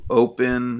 open